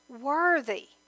worthy